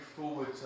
forward